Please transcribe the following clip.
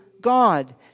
God